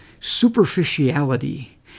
superficiality